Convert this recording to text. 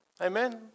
Amen